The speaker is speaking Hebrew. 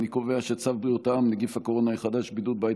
צו בריאות העם (נגיף הקורונה החדש) (בידוד בית